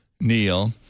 Neil